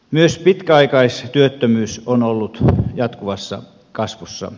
myös pitkäaikaistyöttömyys on ollut jatkuvassa kasvussa